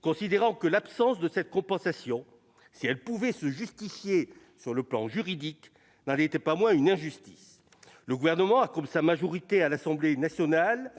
considérant que l'absence d'une telle compensation, si elle pouvait se justifier sur le plan juridique, n'en constituait pas moins une injustice. Le Gouvernement et sa majorité à l'Assemblée nationale